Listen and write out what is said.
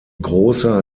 großer